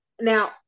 Now